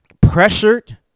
pressured